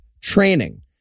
training